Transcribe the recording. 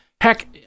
heck